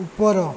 ଉପର